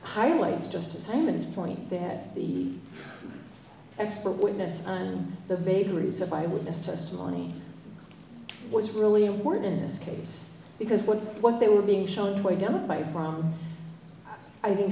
highlights just as humans point that the expert witness on the vagaries of my witness testimony was really important in this case because what what they were being shown to identify via i think